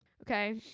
Okay